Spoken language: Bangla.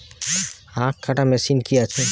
আখ কাটা মেশিন কি আছে?